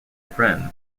friend